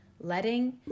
letting